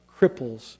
cripples